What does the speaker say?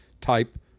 type